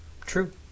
True